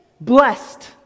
Blessed